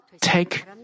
take